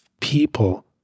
people